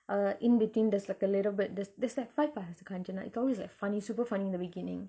uh in-between there's like a little bit there's there's like five parts to kanchana it's always like funny super funny in the beginning